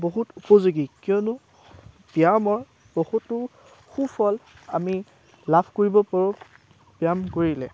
বহুত উপযোগী কিয়নো ব্যায়ামৰ বহুতো সুফল আমি লাভ কৰিব পাৰোঁ ব্যায়াম কৰিলে